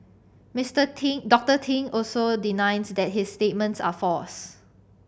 Mister Ting Doctor Ting also denies that his statements are false